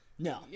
No